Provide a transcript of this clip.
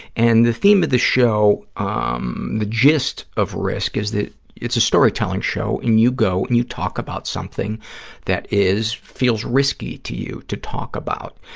and the theme of the show, um the gist of risk! is that it's a storytelling show and you go and you talk about something that is, feels risky to you to talk about.